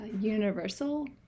universal